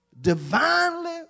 Divinely